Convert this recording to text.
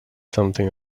something